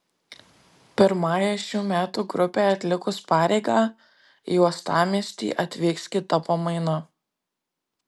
pirmajai šių metų grupei atlikus pareigą į uostamiestį atvyks kita pamaina